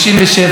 השנה,